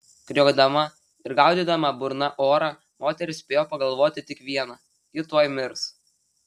kriokdama ir gaudydama burna orą moteris spėjo pagalvoti tik viena ji tuoj mirs